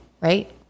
right